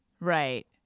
Right